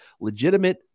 legitimate